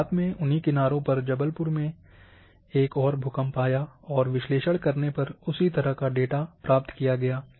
बाद में उन्ही किनारों पर जबलपुर में एक और भूकंप आया और विश्लेषण करने पर उसी तरह का डेटा प्राप्त किया गया था